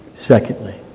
Secondly